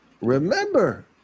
remember